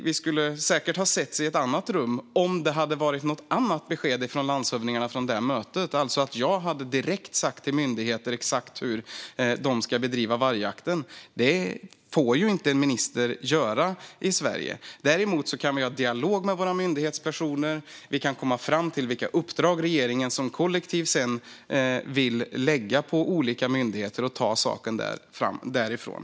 Vi hade säkert setts i ett annat rum om det hade varit något annat besked från landshövdingsmötet, alltså att jag direkt hade sagt till myndigheter exakt hur de ska bedriva vargjakt. Detta får en minister inte göra i Sverige, men däremot kan vi ha en dialog med våra myndighetspersoner. Vi kan komma fram till vilka uppdrag som regeringen som kollektiv vill lägga på olika myndigheter och sedan ta saken därifrån.